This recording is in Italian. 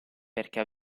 perché